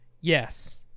Yes